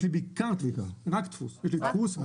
יש לי דפוס גדול.